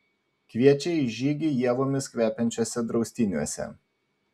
kviečia į žygį ievomis kvepiančiuose draustiniuose